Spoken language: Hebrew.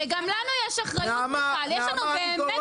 גם לנו יש אחריות, יש לנו באמת אחריות.